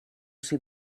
see